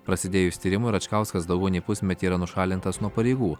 prasidėjus tyrimui račkauskas daugiau nei pusmetį yra nušalintas nuo pareigų